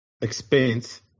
expense